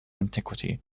antiquity